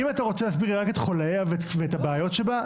אם אתה רוצה להסביר לי רק את חולייה ואת הבעיות שבה,